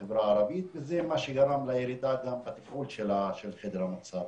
בחברה הערבית וזה מה שגרם לירידה בתפעול של חדר המצב.